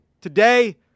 today